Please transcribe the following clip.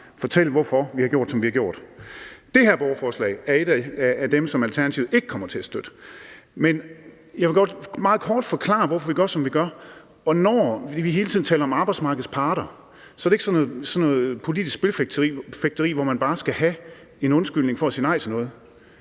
fortælle, hvorfor vi har gjort, som vi har gjort. Det her borgerforslag er et af dem, som Alternativet ikke kommer til at støtte, men jeg vil godt meget kort forklare, hvorfor vi gør, som vi gør. Når vi hele tiden taler om arbejdsmarkedets parter, er det ikke sådan noget politisk spilfægteri, hvor man bare skal have en undskyldning for at sige nej til noget.